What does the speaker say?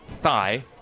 thigh